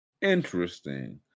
Interesting